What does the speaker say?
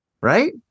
right